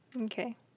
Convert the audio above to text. Okay